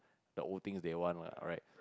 the old things they want what right